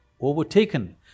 overtaken